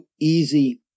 easy